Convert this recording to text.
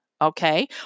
okay